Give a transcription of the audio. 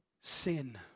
Sin